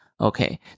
Okay